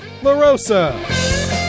LaRosa